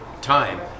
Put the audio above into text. time